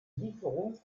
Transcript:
lieferung